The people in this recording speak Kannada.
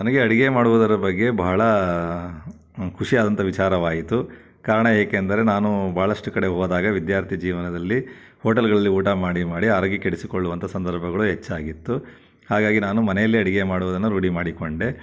ನನಗೆ ಅಡಿಗೆ ಮಾಡುವುದರ ಬಗ್ಗೆ ಬಹಳ ಖುಷಿಯಾದಂಥ ವಿಚಾರವಾಯಿತು ಕಾರಣ ಏಕೆಂದರೆ ನಾನು ಭಾಳಷ್ಟು ಕಡೆ ಹೋದಾಗ ವಿದ್ಯಾರ್ಥಿ ಜೀವನದಲ್ಲಿ ಹೋಟೆಲ್ಗಳಲ್ಲಿ ಊಟ ಮಾಡಿ ಮಾಡಿ ಆರೋಗ್ಯ ಕೆಡಿಸಿಕೊಳ್ಳುವಂತಹ ಸಂದರ್ಭಗಳು ಹೆಚ್ಚಾಗಿತ್ತು ಹಾಗಾಗಿ ನಾನು ಮನೆಯಲ್ಲೇ ಅಡಿಗೆ ಮಾಡುವುದನ್ನ ರೂಢಿ ಮಾಡಿಕೊಂಡೆ